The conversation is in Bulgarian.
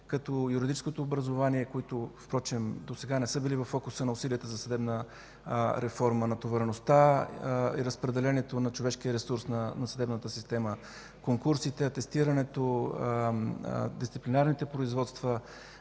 като юридическото образование, които впрочем досега не са били във фокуса на усилията за съдебна реформа, натовареността и разпределението на човешкия ресурс на съдебната система, конкурсите, атестирането, дисциплинарните производства,